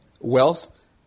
wealth